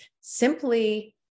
simply